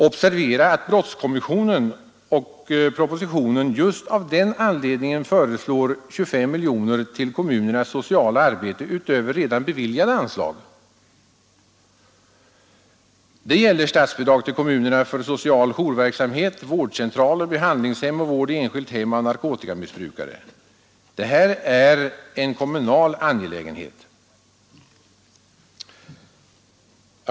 Observera att brottskommissionen och propositionen just av den anledningen föreslår 25 miljoner kronor till kommunernas sociala arbete utöver redan beviljade anslag. Det gäller statsbidrag till kommunerna för social jourverksamhet, vårdcentral, behandlingshem och vård i enskilt hem av narkotikamissbrukare. Det här är ju en kommunal angelägenhet.